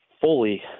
fully